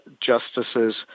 justices